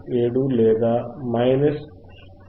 5dB విలువను పొందుతాను